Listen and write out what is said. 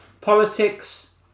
politics